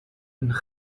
een